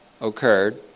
occurred